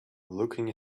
looking